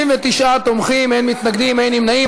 39 תומכים, אין מתנגדים, אין נמנעים.